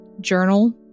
journal